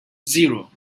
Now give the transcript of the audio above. zero